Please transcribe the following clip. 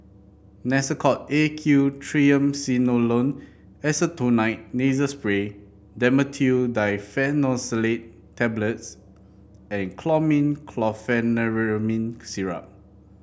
Nasacort A Q Triamcinolone Acetonide Nasal Spray Dhamotil Diphenoxylate Tablets and Chlormine Chlorpheniramine Syrup